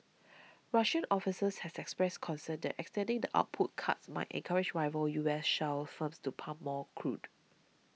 Russian officials has expressed concern that extending the output cuts might encourage rival U S shale firms to pump more crude